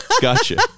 gotcha